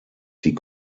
die